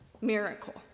miracle